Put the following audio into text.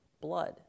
blood